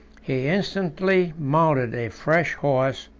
he instantly mounted a fresh horse,